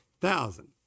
thousand